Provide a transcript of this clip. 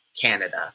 Canada